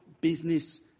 business